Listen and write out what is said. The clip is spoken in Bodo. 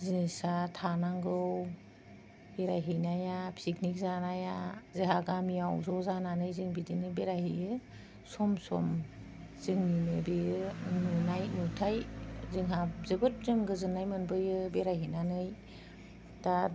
जिनिसा थानांगौ बेरायहैनाया पिकनिक जानाया जोंहा गामियाव ज' जानानै जों बिदिनो बेरायहैयो सम सम जोंनिनो बेयो नुनाय नुथाय जोंहा जोबोद जों गोजोननाय मोनबोयो बेरायहैनानै दा